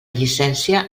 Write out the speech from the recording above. llicència